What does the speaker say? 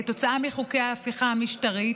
כתוצאה מחוקי ההפיכה המשטרית.